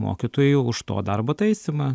mokytojui už to darbo taisymą